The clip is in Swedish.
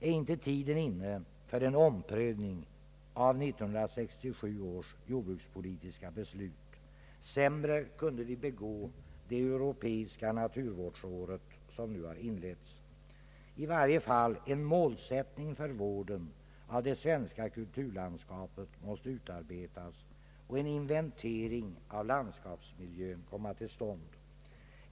Är inte tiden inne för en omprövning av 1967 års jordbrukspolitiska beslut? Sämre kunde vi begå det europeiska naturvårdsåret, som nu har inletts. I varje fall måste en målsättning för vården av det svenska kulturlandskapet utarbetas och en inventering av landskapsmiljön komma till stånd.